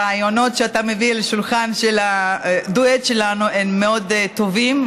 הרעיונות שאתה מביא לשולחן של הדואט שלנו הם מאוד טובים,